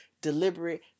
deliberate